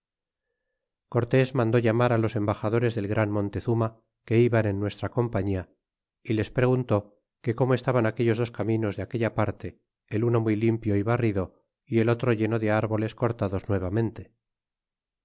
cortes mandó llamar á los embaxadores del gran montezuma que iban en nuestra compañia y les preguntó que como estaban aquellos dos caminos de aquella manera el uno muy limpio y barrido y el otro lleno de árboles cortados nuevamente